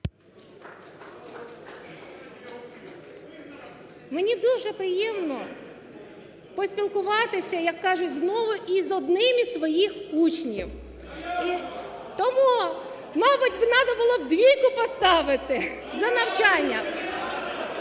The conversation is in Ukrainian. Мені дуже приємно поспілкуватися, як кажуть, знову з одним із своїх учнів. Тому, мабуть, треба було двійку поставити за навчання.